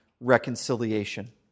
reconciliation